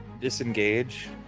disengage